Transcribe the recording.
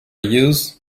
used